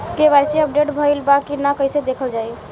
KYC update भइल बा कि ना कइसे देखल जाइ?